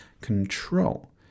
control